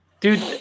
dude